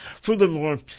Furthermore